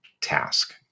task